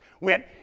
went